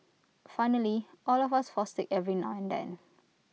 finally all of us fall sick every now and then